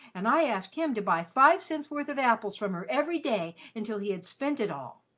and i asked him to buy five cents' worth of apples from her every day until he had spent it all.